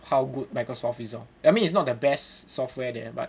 how good Microsoft is lor I mean it's not the best software there but